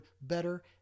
better